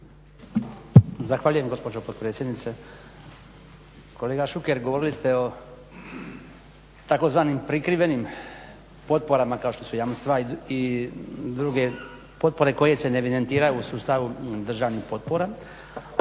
Zahvaljujem gospođo potpredsjednice. Kolega Šuker govorili ste o tzv. prikrivenim potporama kao što su jamstva i druge potpore koje se ne evidentiraju u sustavu državnih potpora.